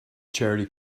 charity